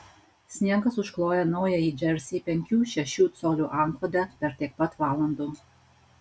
sniegas užkloja naująjį džersį penkių šešių colių antklode per tiek pat valandų